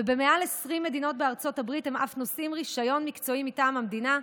ובמעל 20 מדינות בארצות הברית הם אף נושאים רישיון מקצועי מטעם המדינה,